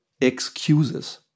excuses